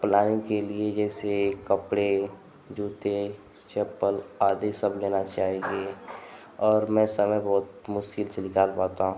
planning के लिए जैसे कपड़े जूते चप्पल आदि सब लेना चाहिए और मैं समय बहुत मुश्किल से निकाल पाता हूँ